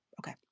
Okay